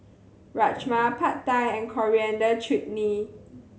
Rajma Pad Thai and Coriander Chutney